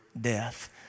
death